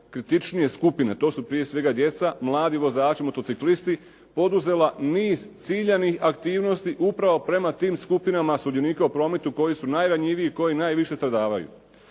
najkritičnije skupine, to su prije svega djeca, mladi vozači, motociklisti, poduzela niz ciljanih aktivnosti upravo prema tim skupinama sudionika u prometu koji su najranjiviji i koji najviše stradavaju.